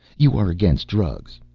you are against drugs.